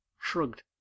shrugged